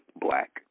Black